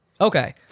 Okay